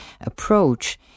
approach